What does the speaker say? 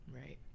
right